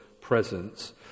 presence